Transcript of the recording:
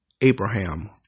Abraham